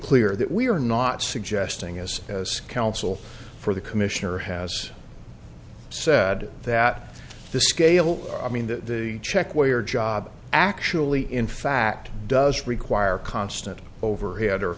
clear that we are not suggesting as as counsel for the commissioner has said that the scale i mean the check way or job actually in fact does require constant overhead